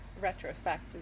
retrospect